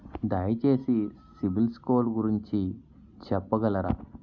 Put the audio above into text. దయచేసి సిబిల్ స్కోర్ గురించి చెప్పగలరా?